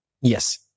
Yes